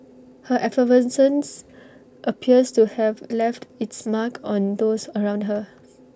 her effervescence appears to have left its mark on those around her